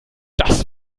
das